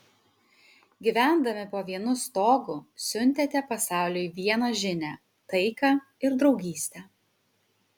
gyvendami po vienu stogu siuntėte pasauliui vieną žinią taiką ir draugystę